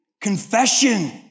Confession